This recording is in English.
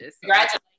Congratulations